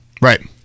Right